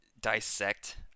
dissect